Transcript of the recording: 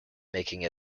making